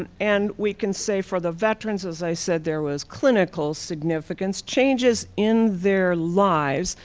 and and we can say for the veterans, as i said, there was clinical significance changes in their lives,